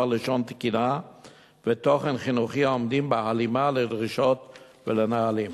על לשון תקינה ותוכן חינוכי העומדים בהלימה לדרישות ולנהלים.